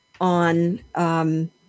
on